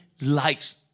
likes